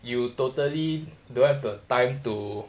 you totally don't have the time to